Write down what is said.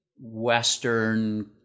Western